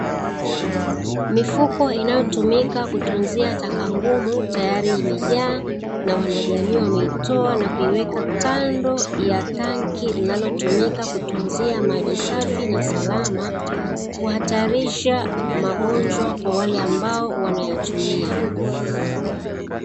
Mifuko inayotumika kutunzia taka ngumu, tayari imejaa na wanajamii wameitoa na kuiweka kando ya tanki linalo tumika kutunzia maji safi na salama kuhatarisha magonjwa kwa wale ambao wanayatumia.